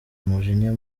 umujinya